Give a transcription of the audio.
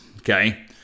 Okay